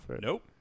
Nope